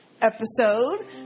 episode